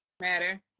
matter